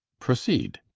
proceed